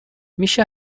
میشه